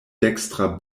dekstra